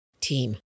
team